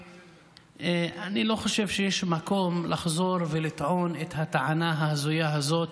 ואני לא חושב שיש מקום לחזור ולטעון את הטענה ההזויה הזאת,